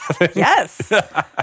Yes